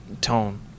tone